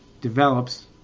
develops